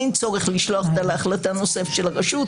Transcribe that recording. אין צורך לשלוח אותה להחלטה נוספת של הרשות,